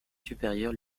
supérieur